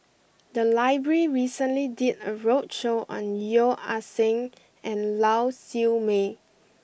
the library recently did a roadshow on Yeo Ah Seng and Lau Siew Mei